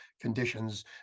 conditions